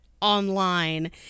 online